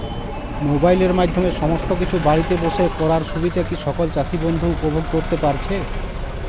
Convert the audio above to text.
মোবাইলের মাধ্যমে সমস্ত কিছু বাড়িতে বসে করার সুবিধা কি সকল চাষী বন্ধু উপভোগ করতে পারছে?